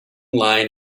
line